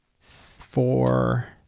four